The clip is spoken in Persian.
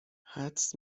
حدس